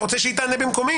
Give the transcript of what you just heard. אתה רוצה שהיא תענה במקומי?